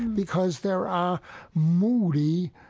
because there are moody,